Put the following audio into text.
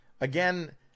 again